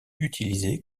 utilisés